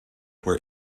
where